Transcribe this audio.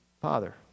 father